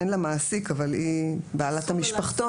אין לה מעסיק אבל היא בעלת המשפחתון,